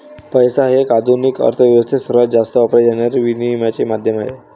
पैसा हे आधुनिक अर्थ व्यवस्थेत सर्वात जास्त वापरले जाणारे विनिमयाचे माध्यम आहे